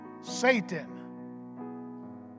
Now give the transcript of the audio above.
Satan